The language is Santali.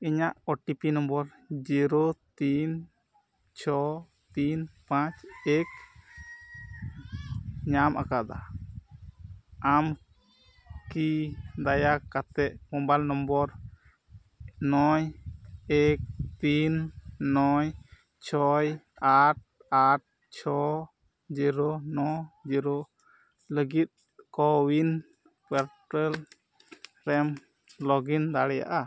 ᱤᱧᱟᱹᱜ O T P number zero ᱛᱤᱱ ᱪᱷᱚ ᱛᱤᱱ ᱯᱟᱸᱪ ᱮᱠ ᱧᱟᱢ ᱟᱠᱟᱫᱟ ᱟᱢ ᱠᱤ ᱫᱟᱭᱟ ᱠᱟᱛᱮᱫ ᱢᱳᱵᱟᱭᱤᱞ ᱱᱚᱢᱵᱚᱨ ᱱᱚᱭ ᱮᱠ ᱛᱤᱱ ᱱᱚᱭ ᱪᱷᱚᱭ ᱟᱴ ᱟᱴ ᱪᱷᱚ ᱡᱤᱨᱳ ᱱᱚ ᱡᱤᱨᱳ ᱞᱟᱹᱜᱤᱫ ᱠᱳᱼᱩᱭᱤᱱ ᱯᱳᱨᱴᱟᱞ ᱨᱮᱢ ᱞᱚᱜᱽᱼᱤᱱ ᱫᱟᱲᱮᱭᱟᱜᱼᱟ